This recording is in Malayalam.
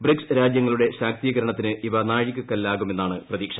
ബ്രിക്സ് രാജ്യങ്ങളുടെ ശാക്തീകരണത്തിന് ഇവ നാഴികക്കല്ലാകുമെന്നാണ് പ്രതീക്ഷ